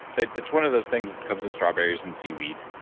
so it's one of those things, it comes in strawberries and seaweed,